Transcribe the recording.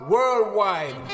Worldwide